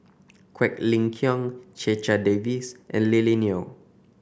Quek Ling Kiong Checha Davies and Lily Neo